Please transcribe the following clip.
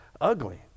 ugly